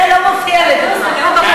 זה לא מפתיע, לדוגמה.